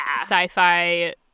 sci-fi